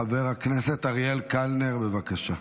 חבר הכנסת אריאל קלנר, בבקשה.